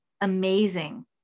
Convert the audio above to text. amazing